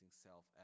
self